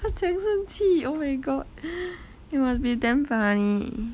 他怎样生气 oh my god it must be damn funny